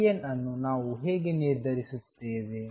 Cn ಅನ್ನು ನಾವು ಹೇಗೆ ನಿರ್ಧರಿಸುತ್ತೇವೆ